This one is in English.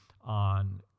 on